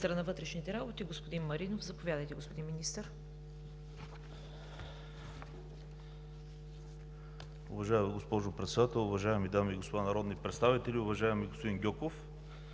вътрешните работи господин Маринов. Заповядайте, господин Министър!